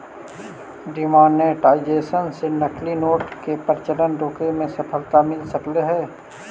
demonetisation से नकली note के प्रचलन रोके में सफलता मिल सकऽ हई